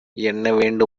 என்ன